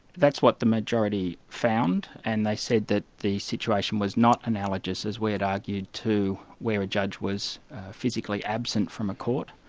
that's what the majority found, and they said that the situation was not analogous as we had argued to where a judge was physically absent from a court,